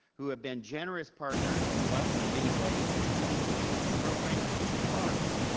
who have been generous partners to us in many ways, including supporting programs through spark.